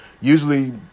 Usually